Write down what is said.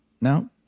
no